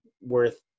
worth